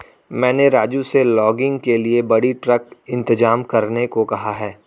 मैंने राजू से लॉगिंग के लिए बड़ी ट्रक इंतजाम करने को कहा है